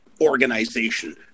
organization